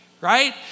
right